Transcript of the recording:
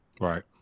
right